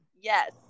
Yes